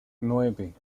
nueve